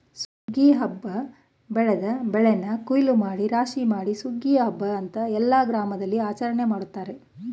ಸುಗ್ಗಿ ಹಬ್ಬ ಬೆಳೆದ ಬೆಳೆನ ಕುಯ್ಲೂಮಾಡಿ ರಾಶಿಮಾಡಿ ಸುಗ್ಗಿ ಹಬ್ಬ ಅಂತ ಎಲ್ಲ ಗ್ರಾಮದಲ್ಲಿಆಚರಣೆ ಮಾಡ್ತಾರೆ